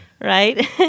right